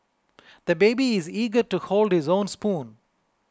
the baby is eager to hold his own spoon